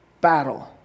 battle